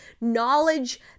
knowledge